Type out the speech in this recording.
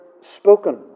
spoken